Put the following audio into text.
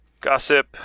Gossip